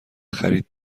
خرید